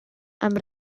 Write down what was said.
amb